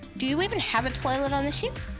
do you even have toilet on the ship?